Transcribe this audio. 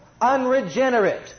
unregenerate